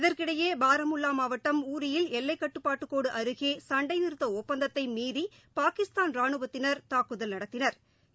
இதற்கிடையே பாரமுல்லா மாவட்டம் ஊரியில் எல்லைக்கட்டுபாடுகோடு அருகே சண்டைநிறத்த ஒப்பந்தத்தை மீறி பாகிஸ்தான் ராணுவத்தினா் தாக்குதல் நடத்தினா்